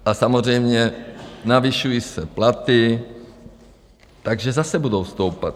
A samozřejmě navyšují se platy, takže zase budou stoupat.